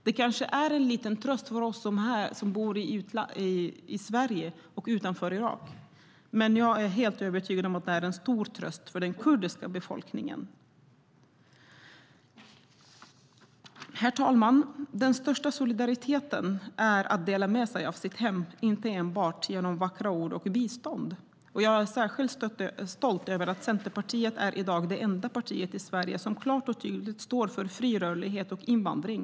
Det kanske är en liten tröst för oss som bor utanför Irak, men jag är helt övertygad om att det är en stor tröst för den kurdiska befolkningen. Herr talman! Den största solidariteten är att dela med sig av sitt hem, inte enbart genom vackra ord och bistånd. Jag är särskilt stolt över att Centerpartiet i dag är det enda partiet i Sverige som klart och tydligt står för fri rörlighet och invandring.